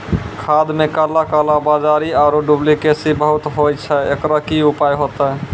खाद मे काला कालाबाजारी आरु डुप्लीकेसी बहुत होय छैय, एकरो की उपाय होते?